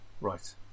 Right